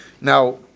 Now